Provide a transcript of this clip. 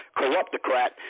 corruptocrat